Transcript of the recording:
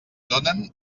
donen